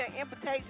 invitation